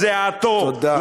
את זיעתו,